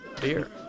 Beer